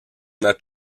not